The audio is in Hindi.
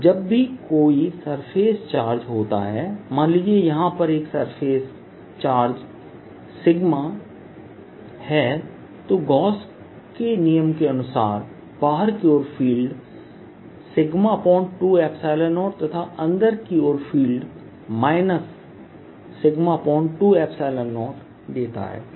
जब भी कोई सरफेस चार्ज होता है मान लीजिए यहाँ एक सरफेस चार्ज सिग्मा है तो गॉस के नियमGauss's Law के अनुसार बाहर की ओर फील्ड 20तथा अंदर की ओर फील्ड 20 देता है